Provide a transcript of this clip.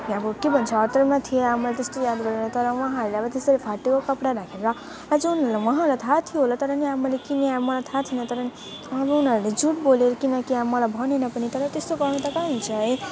अब के भन्छ हतारमा थिएँ अब मैले त्यस्तो याद गरिनँ तर उहाँहरूले त्यस्तो फाटेको कपडा राखेर जुन उहाँहरूलाई थाहा थियो होला तर पनि मैले अब किने अब मलाई थाहा छैन तर पनि अब उनीहरूले झुट बोले किनकि अब मलाई भनेन पनि तर त्यस्तो गर्नु त काहाँ हुन्छ है